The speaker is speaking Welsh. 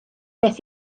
beth